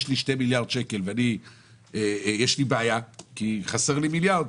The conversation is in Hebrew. יש לי 2 מיליארד שקל ויש לי בעיה כי חסר לי מיליארד.